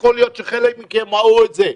יכול להיות שחלקכם ראו את זה,